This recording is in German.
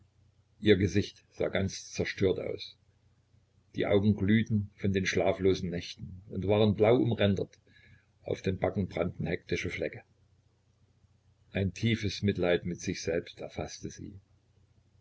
ihr gesicht sah ganz zerstört aus die augen glühten von den schlaflosen nächten und waren blau umrändert auf den backen brannten hektische flecke ein tiefes mitleid mit sich selbst erfaßte sie